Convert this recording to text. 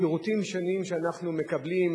שירותים שונים שאנחנו מקבלים,